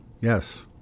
yes